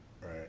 right